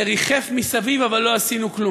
זה ריחף מסביב, אבל לא עשינו כלום.